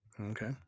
Okay